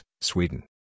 Sweden